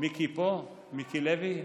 מיקי פה, מיקי לוי?